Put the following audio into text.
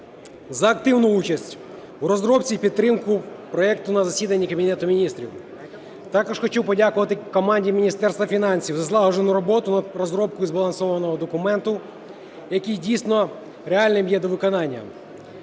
за активну участь у розробці і підтримці проекту на засіданні Кабінету Міністрів. Також хотів подякувати команді Міністерства фінансів за злагоджену роботу над розробкою збалансованого документа, який дійсно реальним є до виконання.